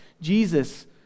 Jesus